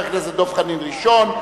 חבר הכנסת דב חנין ראשון,